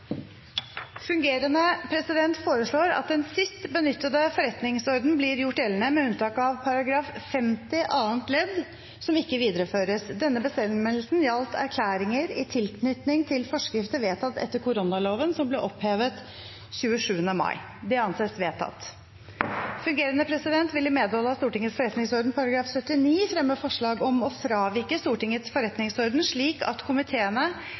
ledd som ikke videreføres. Denne bestemmelsen gjaldt erklæringer i tilknytning til forskrifter vedtatt etter koronaloven, som ble opphevet 27. mai. – Det anses vedtatt. Fungerende president vil i medhold av Stortingets forretningsorden § 79 fremme forslag om å fravike Stortingets forretningsorden slik at komiteene